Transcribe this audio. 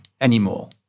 anymore